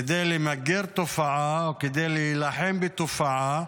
כדי למגר תופעה, או כדי להילחם בתופעה,